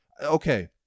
okay